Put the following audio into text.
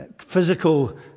physical